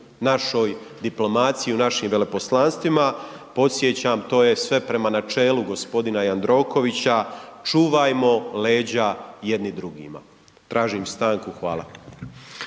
našoj diplomaciji u našim veleposlanstvima. Podsjećam, to je sve prema načelu gospodina Jandrokovića, čuvajmo leđa jedni drugima. Tražim stanku. Hvala.